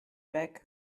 weg